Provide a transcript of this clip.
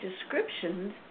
descriptions